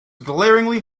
glaringly